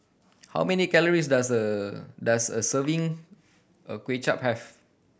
how many calories does a does a serving of Kuay Chap have